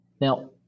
Now